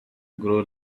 grow